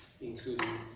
including